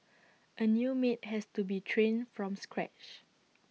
A new maid has to be trained from scratch